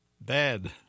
bad